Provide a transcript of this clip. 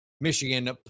Michigan